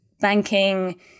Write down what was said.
banking